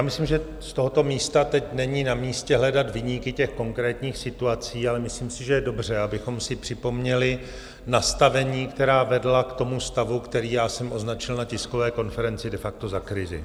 Myslím, že z tohoto místa teď není na místě hledat viníky těch konkrétních situací, ale myslím si, že je dobře, abychom si připomněli nastavení, která vedla k tomu stavu, který já jsem označil na tiskové konferenci de facto za krizi.